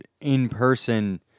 in-person